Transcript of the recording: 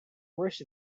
rest